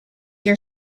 year